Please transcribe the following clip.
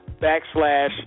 backslash